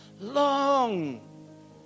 Long